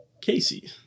Casey